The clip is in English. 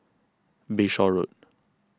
Bayshore Road